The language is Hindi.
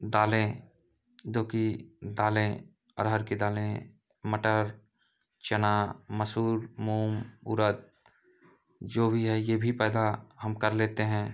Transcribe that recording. दालें जो कि दालें अरहर की दालें मटर चना मसूर मूँग उड़द जो भी है यह भी पैदा हम कर लेते हैं